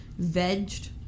vegged